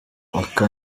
aka